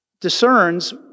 discerns